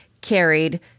carried